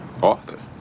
author